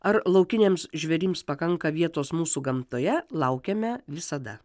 ar laukiniams žvėrims pakanka vietos mūsų gamtoje laukiame visada